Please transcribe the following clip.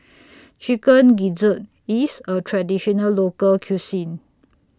Chicken Gizzard IS A Traditional Local Cuisine